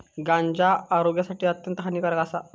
गांजा आरोग्यासाठी अत्यंत हानिकारक आसा